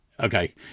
Okay